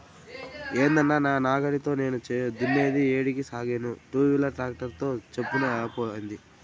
ఏందన్నా నా నాగలితో చేను దున్నేది ఏడికి సాగేను టూవీలర్ ట్రాక్టర్ తో చప్పున అయిపోతాది